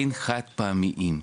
לחד פעמיים,